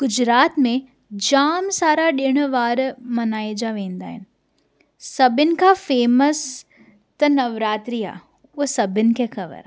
गुजरात में जाम सारा ॾिणु वार मल्हाया वेंदा आहिनि सभिनि खां फैमस त नवरात्रि आहे उहो सभिनि खे ख़बर आ्हे